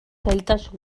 zailtasun